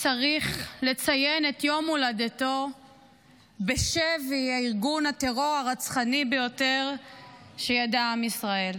צריך לציין את יום הולדתו בשבי ארגון הטרור הרצחני ביותר שידע עם ישראל?